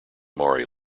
maury